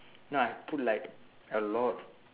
no I put like a lot